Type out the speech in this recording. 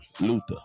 Luther